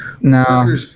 No